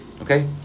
Okay